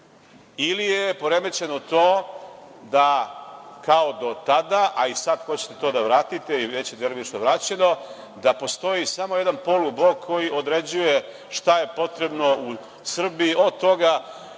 ili je poremećeno to da kao do tada, a i sad hoćete to da vratite, ili je već delimično vraćeno, postoji samo jedan polublok koji određuje šta je potrebno u Srbiji, od toga